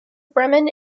bremen